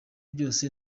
byose